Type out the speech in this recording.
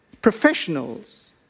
Professionals